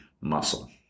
muscle